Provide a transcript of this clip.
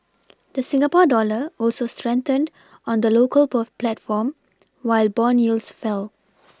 the Singapore dollar also strengthened on the local plot platform while bond yields fell